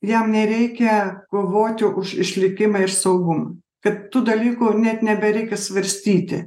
jam nereikia kovoti už išlikimą ir saugumą kad tų dalykų net nebereikia svarstyti